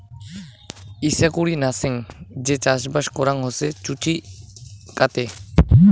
ইচাকুরি নাচেঙ যে চাষবাস করাং হসে জুচিকাতে